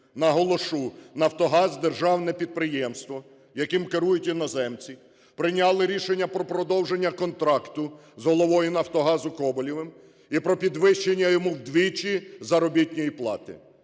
наголошу, "Нафтогаз" – державне підприємство, яким керують іноземці, – прийняли рішення про продовження контракту з головою "Нафтогазу" Коболєвим і про підвищення йому вдвічі заробітної плати.